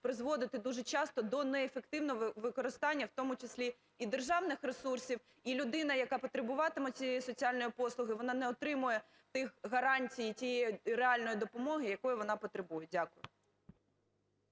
призводити дуже часто до неефективного використання, в тому числі і державних ресурсів. І людина, яка потребуватиме цієї соціальної послуги, вона не отримує тих гарантій і тієї реальної допомоги, якої вона потребує. Дякую.